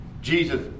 Jesus